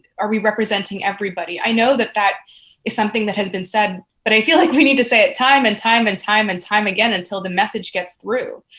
are we representing everybody? i know that that is something that has been said, but i feel like we need to say it time and time and time and time again until the message gets through.